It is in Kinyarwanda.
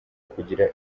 kugira